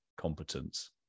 competence